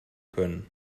können